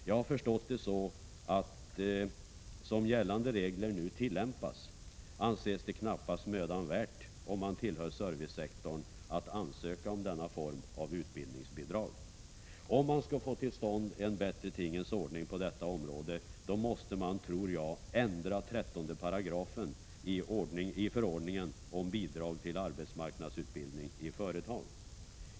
Jag har förstått det så, att — som gällande regler nu tillämpas — det knappast anses vara mödan värt, om man tillhör servicesektorn, att ansöka om denna form av utbildningsbidrag. För att få till stånd en bättre tingens ordning på detta område, måste man — tror jag — ändra 13 §i förordningen om bidrag till arbetsmarknadsutbildning i företag.